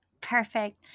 Perfect